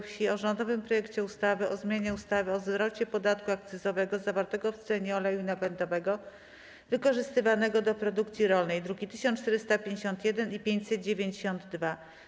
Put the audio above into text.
Wsi o rządowym projekcie ustawy o zmianie ustawy o zwrocie podatku akcyzowego zawartego w cenie oleju napędowego wykorzystywanego do produkcji rolnej (druki nr 1451 i 1592)